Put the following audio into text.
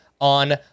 on